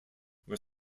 were